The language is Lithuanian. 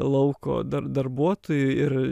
lauko dar darbuotojų ir